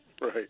Right